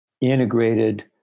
integrated